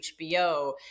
HBO